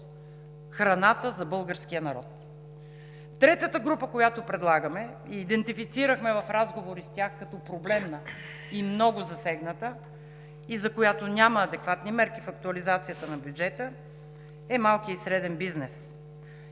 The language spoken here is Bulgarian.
храната за българския народ. Третата група, която предлагаме и идентифицирахме в разговори с тях като проблемна и много засегната и за която няма адекватни мерки в актуализацията на бюджета, е малкият и среден бизнес